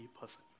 person